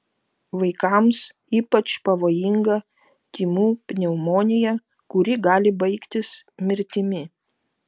vaikams ypač pavojinga tymų pneumonija kuri gali baigtis mirtimi